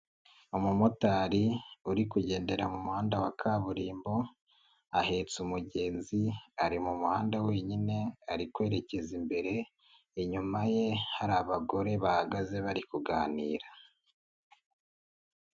Umumotari uri kugendera mu muhanda wa kaburimbo ahetse umugenzi ari mu muhanda wenyine ari kwerekeza imbere, inyuma ye hari abagore bahagaze bari kuganira.